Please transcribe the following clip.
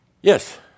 Yes